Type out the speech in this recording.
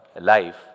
life